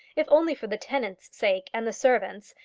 if only for the tenants' sake and the servants,